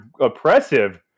oppressive